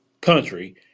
country